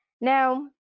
Now